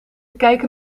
kijken